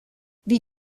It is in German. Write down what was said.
wie